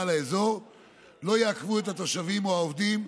לאזור לא יעכבו את התושבים או העובדים,